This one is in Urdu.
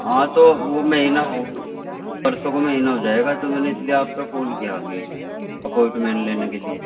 ہاں تو وہ مہینہ ہو پرسوں کو مہینہ ہو جائے گا تو میں نے اس لیے آپ کا کال کیا ابھی اپوائنٹمنٹ لینے کے لیے